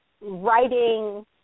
writing